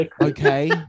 okay